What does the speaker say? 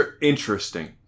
Interesting